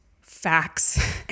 facts